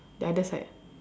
the other side